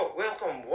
welcome